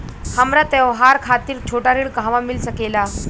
हमरा त्योहार खातिर छोटा ऋण कहवा मिल सकेला?